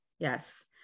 Yes